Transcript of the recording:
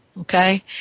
okay